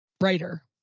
Writer